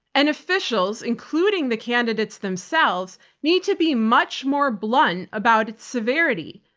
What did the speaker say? and officials, including the candidates themselves, need to be much more blunt about its severity,